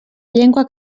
llengua